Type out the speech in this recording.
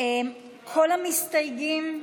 כל המסתייגים,